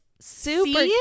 Super